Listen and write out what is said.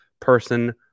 person